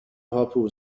هاپو